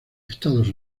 estados